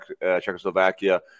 Czechoslovakia